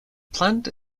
plant